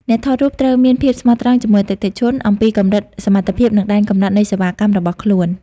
អ្នកថតរូបត្រូវមានភាពស្មោះត្រង់ជាមួយអតិថិជន អំពីកម្រិតសមត្ថភាព និងដែនកំណត់នៃសេវាកម្មរបស់ខ្លួន។